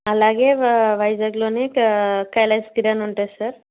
అలాగే వా వైజాగ్లోనే కా కైలాసగిరి అని ఉంటుంది సార్